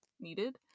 needed